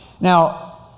Now